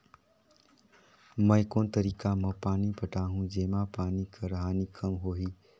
मैं कोन तरीका म पानी पटाहूं जेमा पानी कर हानि कम होही?